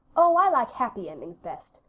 oh i like happy endings best.